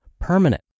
permanent